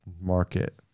Market